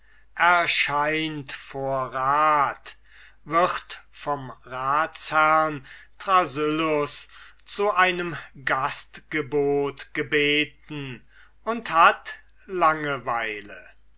erscheint vor rat wird vom ratsherrn thrasyllus zu einem gastgebot gebeten und hat langeweile